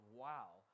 wow